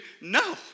No